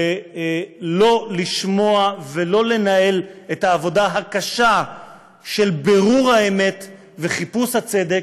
ולא לשמוע ולא לנהל את העבודה הקשה של בירור האמת וחיפוש הצדק,